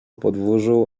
podwórzu